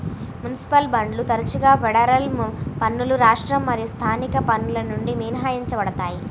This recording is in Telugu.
మునిసిపల్ బాండ్లు తరచుగా ఫెడరల్ పన్నులు రాష్ట్ర మరియు స్థానిక పన్నుల నుండి మినహాయించబడతాయి